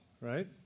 right